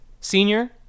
Senior